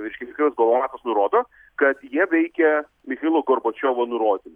reiškia michailas golovatovas nurodo kad jie veikė michailo gorbačiovo nurodymu